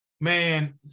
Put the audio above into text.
man